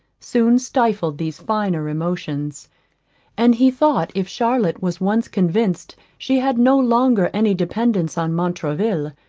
soon stifled these finer emotions and he thought if charlotte was once convinced she had no longer any dependance on montraville,